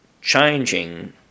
changing